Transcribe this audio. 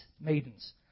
maidens